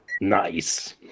Nice